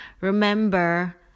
remember